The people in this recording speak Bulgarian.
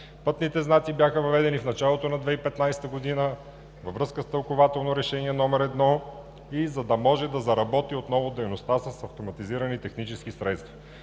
пътни знаци. Те бяха въведени в началото на 2015 г. във връзка с Тълкувателно решение № 1 и за да може да заработи отново дейността с автоматизирани технически средства,